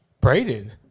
braided